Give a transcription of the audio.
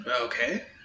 Okay